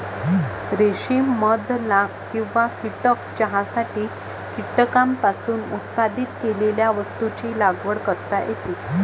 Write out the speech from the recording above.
रेशीम मध लाख किंवा कीटक चहासाठी कीटकांपासून उत्पादित केलेल्या वस्तूंची लागवड करता येते